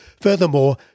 Furthermore